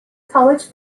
college